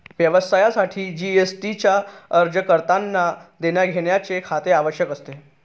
व्यवसायासाठी जी.एस.टी चा अर्ज करतांना देण्याघेण्याचे खाते आवश्यक असते